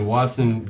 Watson